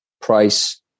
Price